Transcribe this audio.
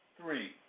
Three